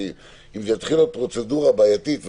אם תתחיל פרוצדורה בעייתית וקשה,